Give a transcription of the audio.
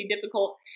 difficult